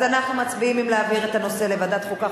אז אנחנו מצביעים אם להעביר את הנושא לוועדת החוקה,